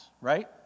right